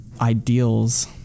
ideals